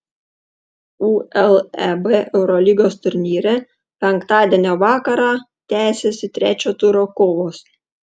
uleb eurolygos turnyre penktadienio vakarą tęsiasi trečio turo kovos